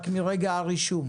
רק מרגע הרישום.